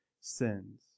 sins